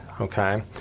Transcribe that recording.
Okay